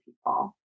people